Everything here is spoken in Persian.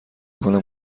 کنم